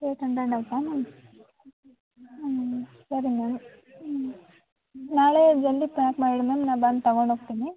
eight hundred ಆಯಿತಾ ma'am ಹ್ಞೂ ಸರಿ ಮ್ಯಾಮ್ ಹ್ಞೂ ನಾಳೆ ಜಲ್ದಿ ಪ್ಯಾಕ್ ಮಾಡಿ ಇಡಿ ಮ್ಯಾಮ್ ನಾನು ಬಂದು ತಗೊಂಡು ಹೋಗ್ತೀನಿ